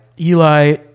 Eli